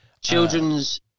Children's